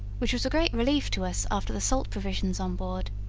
which was a great relief to us after the salt provisions on board.